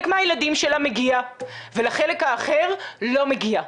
מהילדים שלה מגיע ולחלק האחר לא מגיע.